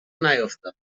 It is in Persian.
نیفتاد